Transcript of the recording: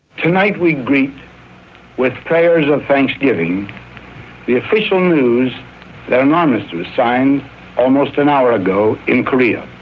tonight we greet with prayers of thanksgiving the official news that an armistice was signed almost an hour ago in korea.